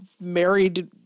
married